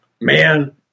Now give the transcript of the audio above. man